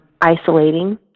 isolating